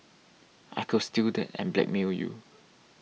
I could steal that and blackmail you